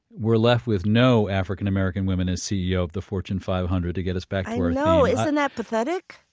we're left with no african-american women as ceo of the fortune five hundred to get us back i know, isn't that pathetic?